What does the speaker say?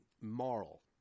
moral